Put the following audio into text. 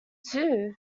too